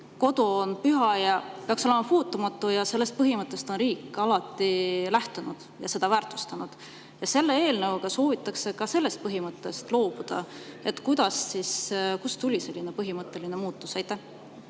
kodu on püha ja peaks olema puutumatu. Ja sellest põhimõttest on riik alati lähtunud ja seda väärtustanud. Selle eelnõuga soovitakse ka sellest põhimõttest loobuda. Kuidas siis, kust tuli selline põhimõtteline muutus? Aitäh!